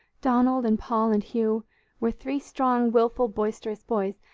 donald and paul and hugh were three strong, willful, boisterous boys,